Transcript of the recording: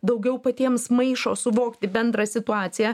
daugiau patiems maišo suvokti bendrą situaciją